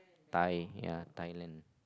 Thai ya Thailand